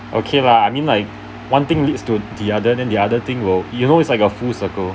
okay lah I mean like one thing leads to the other then the other thing will you know it's like a full circle